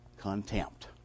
contempt